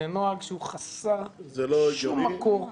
זה נוהג שהוא חסר שום מקור.